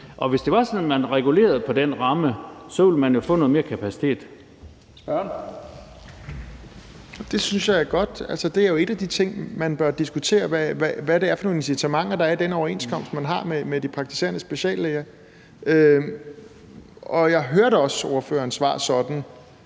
Lahn Jensen): Spørgeren. Kl. 12:37 Pelle Dragsted (EL): Det synes jeg er godt. Det er jo en af de ting, man bør diskutere, altså hvad det er for nogle incitamenter, der er i den overenskomst, man har med de praktiserende speciallæger. Jeg hørte også ordførerens svar sådan,